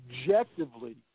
objectively